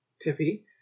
tippy